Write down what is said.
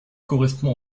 correspond